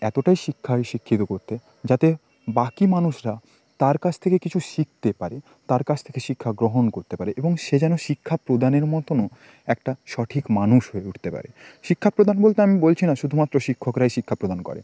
এতটাই শিক্ষায় শিক্ষিত করতে যাতে বাকি মানুষরা তার কাছ থেকে কিছু শিখতে পারে তার কাছ থেকে শিক্ষা গ্রহণ করতে পারে এবং সে যেন শিক্ষা প্রদানের মতনও একটা সঠিক মানুষ হয়ে উঠতে পারে শিক্ষা প্রদান বলতে আমি বলছি না শুধুমাত্র শিক্ষকরাই শিক্ষা প্রদান করে